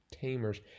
tamers